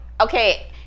Okay